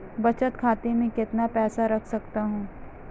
बचत खाते में कितना पैसा रख सकते हैं?